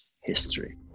history